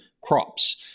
crops